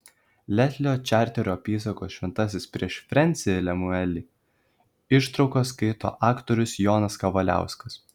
leslio čarterio apysakos šventasis prieš frensį lemiuelį ištraukas skaito aktorius jonas kavaliauskas